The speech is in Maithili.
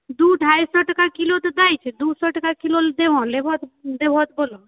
दू ढ़ाई सए टके किलो तऽ दै छै दू सए टके किलो देबहो लेबऽ देबहो तऽ बोलो